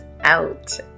out